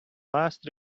last